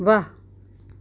વાહ